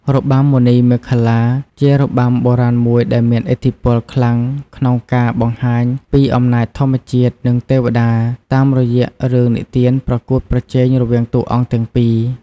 របាំមណីមេខលា ជារបាំបុរាណមួយដែលមានឥទ្ធិពលខ្លាំងក្នុងការបង្ហាញពីអំណាចធម្មជាតិ និងទេវតា តាមរយៈរឿងនិទានប្រកួតប្រជែងរវាងតួអង្គទាំងពីរ។